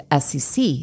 SEC